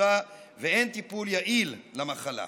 התפשטותה ואין טיפול יעיל למחלה.